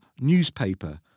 newspaper